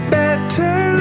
better